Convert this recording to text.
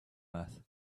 earth